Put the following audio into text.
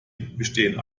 bestehen